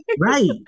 Right